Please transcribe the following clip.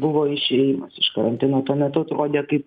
buvo išėjimas iš karantino tuo metu atrodė kaip